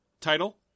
Title